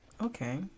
Okay